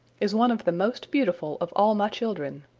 is one of the most beautiful of all my children,